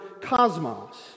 cosmos